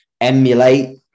emulate